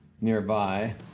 nearby